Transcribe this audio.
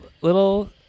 little